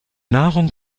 nahrung